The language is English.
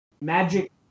magic